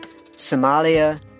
Somalia